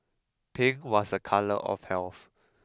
pink was a colour of health